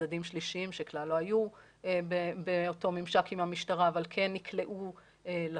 צדדים שלישיים שכלל לא היו באותו ממשק עם המשטרה אבל כן נקלעו לפריים,